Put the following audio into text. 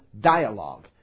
dialogue